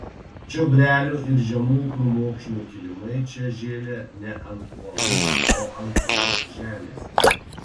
čiobrelių ir žemų krūmokšnių kilimai čia žėlė ne ant uolų o ant purios žemės